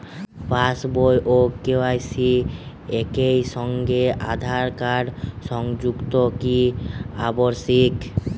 পাশ বই ও কে.ওয়াই.সি একই সঙ্গে আঁধার কার্ড সংযুক্ত কি আবশিক?